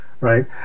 Right